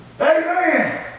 Amen